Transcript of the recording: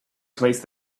placed